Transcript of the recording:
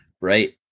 right